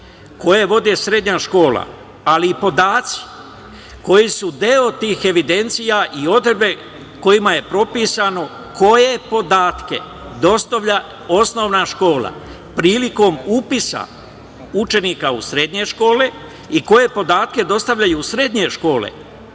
koje vode srednje škole, ali i podaci koji su deo tih evidencija i odredbe kojima je propisano koje podatke dostavlja osnovna škola prilikom upisa učenika u srednje škole i koje podatke dostavljaju srednje škole